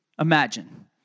imagine